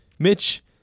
Mitch